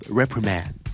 reprimand